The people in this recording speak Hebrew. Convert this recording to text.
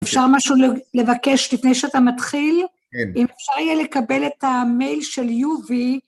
אפשר משהו לבקש, לפני שאתה מתחיל? כן. אם אפשר יהיה לקבל את המייל של יובי...